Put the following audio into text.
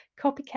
copycat